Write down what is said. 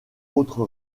autre